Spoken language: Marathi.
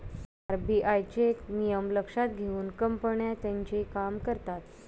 आर.बी.आय चे नियम लक्षात घेऊन कंपन्या त्यांचे काम करतात